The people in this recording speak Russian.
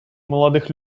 молодых